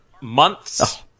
months